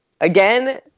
again